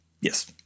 Yes